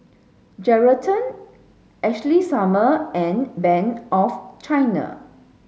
Geraldton Ashley Summer and Bank of China